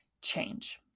change